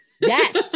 Yes